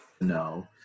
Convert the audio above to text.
no